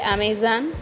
Amazon